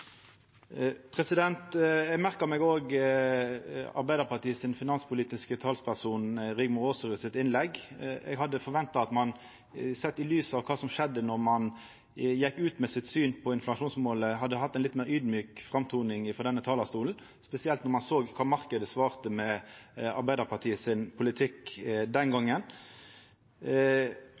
Eg merka meg også innlegget til Arbeidarpartiets finanspolitiske talsperson, Rigmor Aasrud. Eg hadde forventa at i lys av det som skjedde då ein gjekk ut med synet sitt på inflasjonsmålet, hadde ein hatt ei litt meir audmjuk framtoning frå denne talarstolen, spesielt når ein såg kva marknaden svarte med på Arbeidarpartiets politikk den gongen.